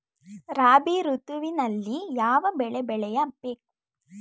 ರಾಬಿ ಋತುವಿನಲ್ಲಿ ಯಾವ ಬೆಳೆ ಬೆಳೆಯ ಬೇಕು?